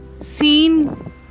seen